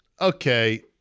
okay